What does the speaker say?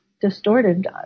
distorted